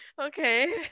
Okay